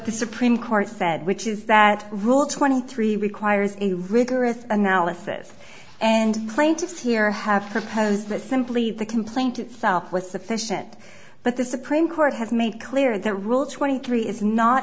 the supreme court said which is that rule twenty three requires a rigorous analysis and plaintiffs here have proposed that simply the complaint itself was sufficient but the supreme court has made clear that rule twenty three is not